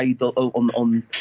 on